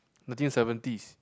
nineteen seventies